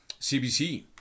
CBC